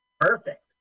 Perfect